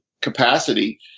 capacity